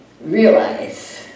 realize